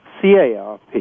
CARP